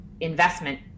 investment